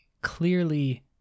Clearly